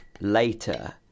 later